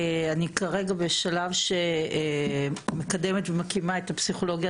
כרגע אני בשלב שאני מקדמת ומקימה פסיכולוגיה